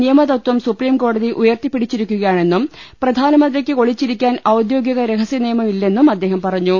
നിയമതത്വം supreme കോടതി ഉയർത്തിപ്പിടിച്ചിരിക്കുകയാണെന്നും പ്രധാനമന്ത്രിക്ക് ഒളി ച്ചിരിക്കാൻ ഔദ്യോഗിക രഹസ്യനിയമം ഇല്ലെന്നും അദ്ദേഹം പറ ഞ്ഞു